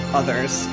others